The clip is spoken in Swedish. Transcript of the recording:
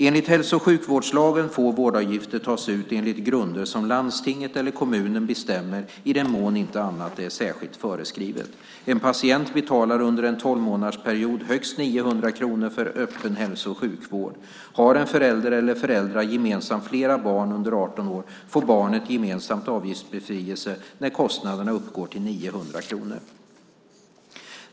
Enligt hälso och sjukvårdslagen, 1982:763, får vårdavgifter tas ut enligt grunder som landstinget eller kommunen bestämmer, i den mån inte annat är särskilt föreskrivet. En patient betalar under en tolvmånadersperiod högst 900 kronor för öppen hälso och sjukvård. Har en förälder eller föräldrar gemensamt flera barn under 18 år får barnen gemensamt avgiftsbefrielse när kostnaderna uppgår till 900 kronor.